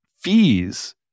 fees